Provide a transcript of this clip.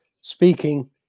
speaking